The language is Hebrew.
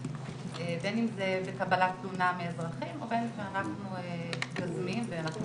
בין אם זה בקבלת תלונה מאזרחים ובין כשאנחנו יוזמים.